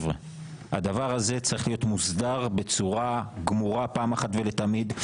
הדבר הזה צריך להיות מוסדר בצורה גמורה פעם אחת לתמיד.